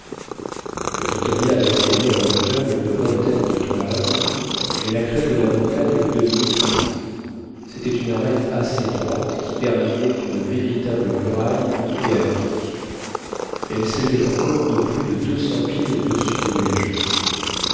le victoria avait regagné en hauteur une vingtaine de toises mais la crête de la montagne le dominait toujours c'était une arête assez droite qui terminait une véritable muraille coupée à pic elle s'élevait encore de plus de deux cents pieds au-dessus des voyageurs